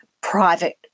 private